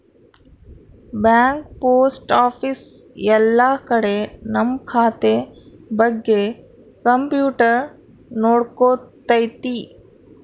bank post office ಎಲ್ಲ ಕಡೆ ನಮ್ ಖಾತೆ ಬಗ್ಗೆ ಕಂಪ್ಯೂಟರ್ ನೋಡ್ಕೊತೈತಿ